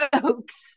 folks